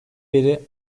beri